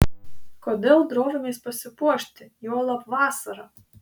kodėl drovimės pasipuošti juolab vasarą